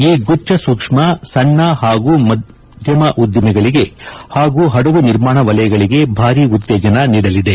ಈ ಗುಚ್ಚ ಸೂಕ್ಷ್ಮ ಸಣ್ಣ ಹಾಗೂ ಮಧ್ಯಮ ಉದ್ದಿಮೆಗಳಿಗೆ ಹಾಗೂ ಹಡಗು ನಿರ್ಮಾಣ ವಲಯಗಳಿಗೆ ಭಾರಿ ಉತ್ತೇಜನ ನೀಡಲಿದೆ